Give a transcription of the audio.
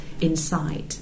Inside